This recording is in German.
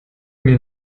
mir